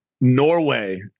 norway